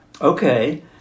Okay